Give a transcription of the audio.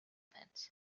pens